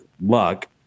luck